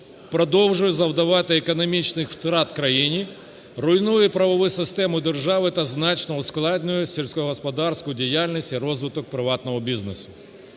продовжує завдавати економічних втрат в країні, руйнує правову систему держави та значно ускладнює сільськогосподарську діяльність і розвиток приватного бізнесу.